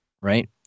Right